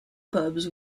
pubs